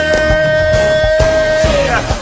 Hey